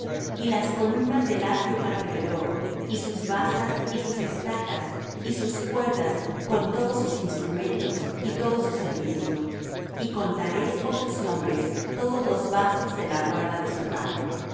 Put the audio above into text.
y las columnas del atrio alrededor y sus basas y sus estacas y sus cuerdas con todos sus instrumentos y todo su servicio y contaréis por sus nombres todos los vasos de la guarda de su cargo